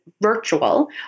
virtual